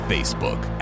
Facebook